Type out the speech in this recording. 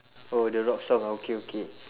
oh the rock song ah okay okay